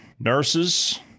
Nurses